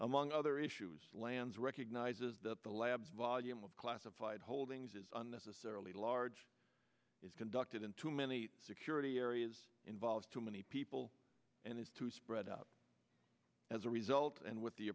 among other issues lands recognizes that the labs volume of classified holdings is on the sarah lee large is conducted into many security areas involves too many people and is too spread out as a result and with the